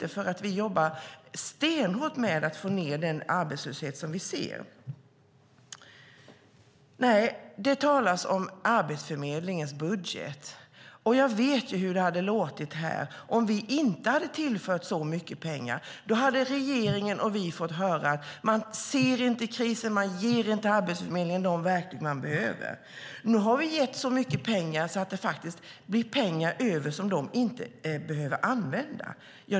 Vi jobbar stenhårt med att få ned den arbetslöshet som vi ser. Det talas om Arbetsförmedlingens budget. Jag vet hur det hade låtit här om vi inte hade tillfört så mycket pengar. Då hade regeringen och vi fått höra: Man ser inte krisen. Man ger inte Arbetsförmedlingen de verktyg som de behöver. Nu har vi gett så mycket pengar att det blir pengar över som de inte behöver använda.